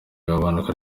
gabanuka